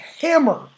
hammer